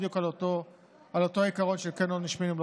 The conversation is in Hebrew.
בדיוק על אותו עיקרון של כן עונש מינימום,